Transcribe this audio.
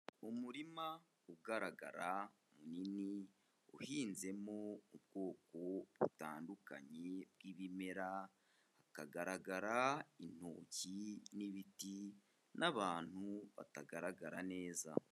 Umurima ugaragara munini uhinzemo ubwoko butandukanye bw'ibimera, hakagaragara intoki n'ibiti n'abantu batagaragara neza.